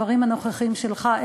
הדברים הנכוחים שלך,